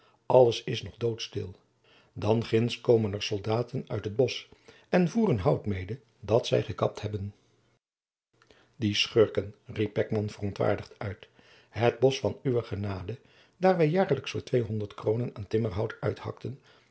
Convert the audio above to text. alles is nog dood stil dan ginds komen er soldaten uit het bosch en voeren hout mede dat zij gekapt hebben die schurken riep beckman verontwaardigd uit het bosch van uwe genade daar wij jaarlijks voor tweehonderd kroonen aan timmerhout uit hakten